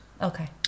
Okay